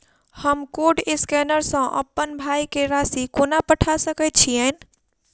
हम code scanner सँ अप्पन भाय केँ राशि कोना पठा सकैत छियैन?